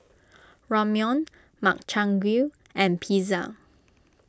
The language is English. Ramyeon Makchang Gui and Pizza